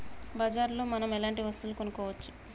బజార్ లో మనం ఎలాంటి వస్తువులు కొనచ్చు?